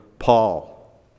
Paul